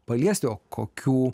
paliesti o kokių